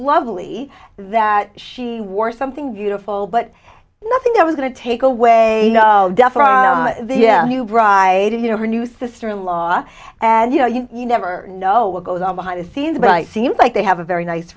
lovely that she wore something beautiful but nothing i was going to take away the new bride and you know her new sister in law and you know you you never know what goes on behind the scenes but it seems like they have a very nice